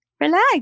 relax